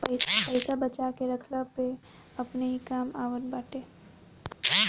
पईसा बचा के रखला पअ अपने ही काम आवत बाटे